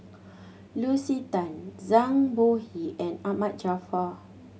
Lucy Tan Zhang Bohe and Ahmad Jaafar